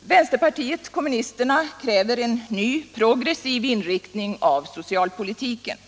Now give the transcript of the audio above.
Vänsterpartiet kommunisterna kräver en ny progressiv inriktning av socialpolitiken.